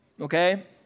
Okay